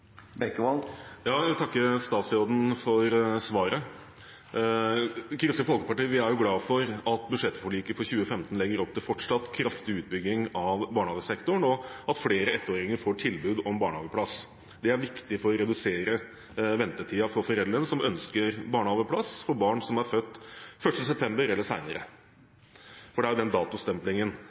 Jeg takker statsråden for svaret. Vi i Kristelig Folkeparti er glad for at budsjettforliket for 2015 legger opp til fortsatt kraftig utbygging av barnehagesektoren, og at flere ettåringer får tilbud om barnehageplass. Det er viktig for å redusere ventetiden for foreldrene som ønsker barnehageplass for barn som er født 1. september eller senere – det er den datostemplingen